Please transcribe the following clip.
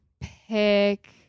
pick